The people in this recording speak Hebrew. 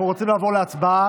אנחנו רוצים לעבור להצבעה,